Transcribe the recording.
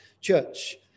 church